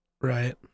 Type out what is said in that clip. right